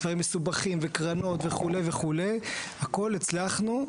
דברים מסובכים וקרנות וכו' וכו', הכל הצלחנו.